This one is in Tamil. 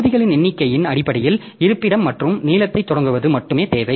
தொகுதிகளின் எண்ணிக்கையின் அடிப்படையில் இருப்பிடம் மற்றும் நீளத்தைத் தொடங்குவது மட்டுமே தேவை